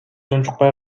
унчукпай